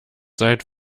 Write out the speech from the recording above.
seit